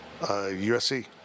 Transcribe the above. USC